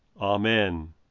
Amen